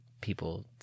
people